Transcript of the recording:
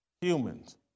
Humans